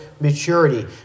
maturity